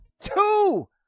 Two